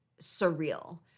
surreal